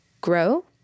grow